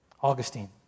Augustine